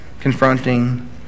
confronting